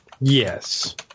Yes